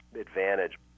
advantage